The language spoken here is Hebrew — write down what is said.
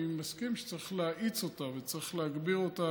אני מסכים שצריך להאיץ אותה וצריך להגביר אותה,